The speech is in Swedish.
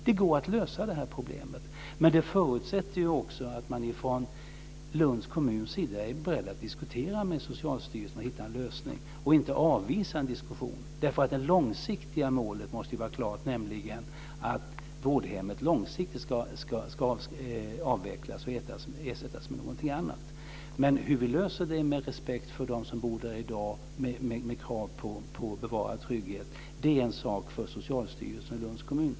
Det går att lösa detta problem, men det förutsätter också att man från Lunds kommuns sida är beredd att diskutera med Socialstyrelsen och hitta en lösning och inte avvisa en diskussion. Det långsiktiga målet måste vara klart, nämligen att vårdhemmet ska avvecklas och ersättas med någonting annat. Men hur man löser det med respekt för dem som bor där i dag och med krav på bevarad trygghet är en sak för Socialstyrelsen och Lunds kommun.